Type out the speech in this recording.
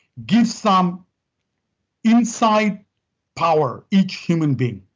give some insight power, each human being.